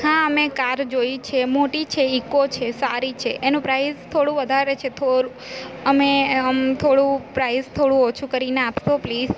હા મેં કાર જોઈ છે મોટી છે ઇકો છે સારી છે એનો પ્રાઇસ થોડું વધારે છે થો થોડું અમે થોડું પ્રાઈઝ થોડું ઓછું કરીને આપશો પ્લીઝ